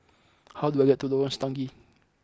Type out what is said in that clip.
how do I get to Lorong Stangee